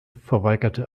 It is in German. verweigerte